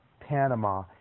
Panama